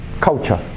culture